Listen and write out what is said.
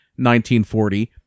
1940